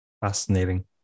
Fascinating